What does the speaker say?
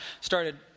started